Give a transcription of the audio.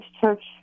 church